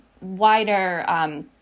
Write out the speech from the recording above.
wider